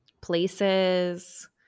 places